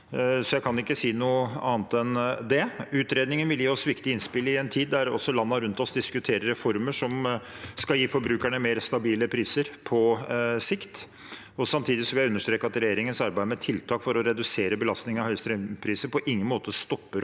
Jeg kan ikke si noe annet enn det. Utredningen vil gi oss viktige innspill i en tid der også landene rundt oss diskuterer reformer som skal gi forbrukerne mer stabile priser på sikt. Samtidig vil jeg understreke at regjeringens arbeid med tiltak for å redusere belastningen av høye strømpriser på ingen måte stopper opp.